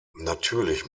natürlich